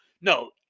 No